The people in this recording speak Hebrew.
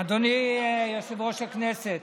אדוני יושב-ראש הכנסת,